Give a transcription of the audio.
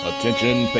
Attention